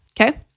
Okay